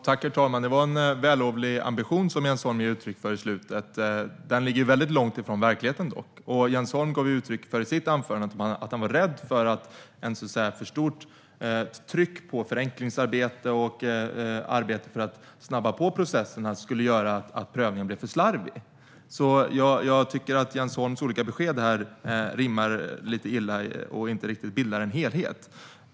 Herr talman! Det var en vällovlig ambition som Jens Holm gav uttryck för i slutet av sin replik. Den ligger dock väldigt långt från verkligheten. Jens Holm gav i sitt anförande uttryck för att han var rädd för att ett för stort tryck på förenklingsarbete och arbete för att snabba på processerna skulle göra att prövningen blev för slarvig. Jag tycker att Jens Holms olika besked rimmar lite illa och inte riktigt bildar en helhet.